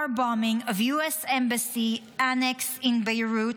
car bombing of US.Embassy Annex in Beirut